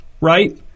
Right